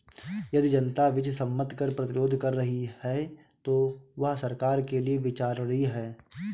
यदि जनता विधि सम्मत कर प्रतिरोध कर रही है तो वह सरकार के लिये विचारणीय है